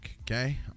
okay